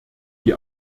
die